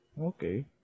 Okay